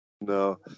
No